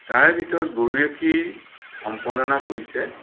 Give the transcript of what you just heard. তাৰ ভিতৰত গৰিয়সী সম্পাদনা কৰিছে